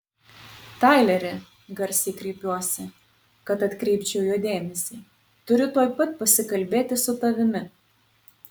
taileri garsiai kreipiuosi kad atkreipčiau jo dėmesį turiu tuoj pat pasikalbėti su tavimi